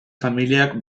familiak